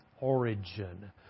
origin